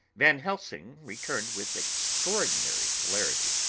van helsing returned with extraordinary celerity,